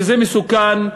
וזה מסוכן,